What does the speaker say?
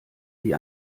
wie